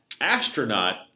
Astronaut